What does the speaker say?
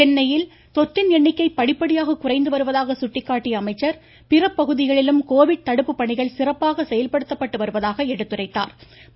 சென்னையில் தொற்றின் எண்ணிக்கை படிப்படியாக குறைந்துவருவதாக சுட்டிக்காட்டிய அமைச்சர் பிற பகுதிகளிலும் கோவிட் தடுப்பு பணிகள் சிறப்பாக செயல்படுத்தப்பட்டு வருவதாக எடுத்துரைத்தாா்